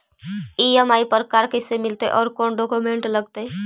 EMI पर car कैसे मिलतै औ कोन डाउकमेंट लगतै?